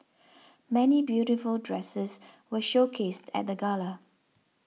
many beautiful dresses were showcased at the gala